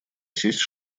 сесть